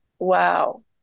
Wow